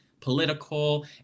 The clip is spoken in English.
political